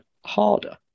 harder